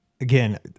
Again